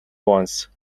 once